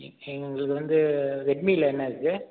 எங் எங்களுக்கு வந்து ரெட்மியில் என்ன இருக்குது